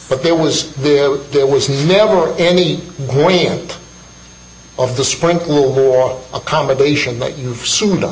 but there was there there was never any point of the sprinkle accommodation